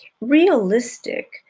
realistic